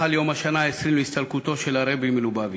חל יום השנה ה-20 להסתלקותו של הרבי מלובביץ'.